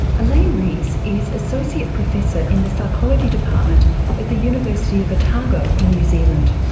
elaine reese is associate professor in the psychology department at the university of otago in new zealand.